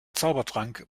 zaubertrank